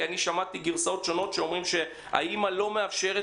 שמעתי גרסאות שונות שאומרות שהאימא לא מאפשרת